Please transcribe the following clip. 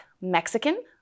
Mexican